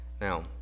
now